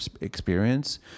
experience